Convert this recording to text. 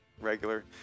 regular